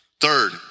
Third